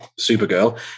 Supergirl